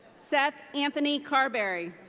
seth anthony carberry.